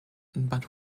but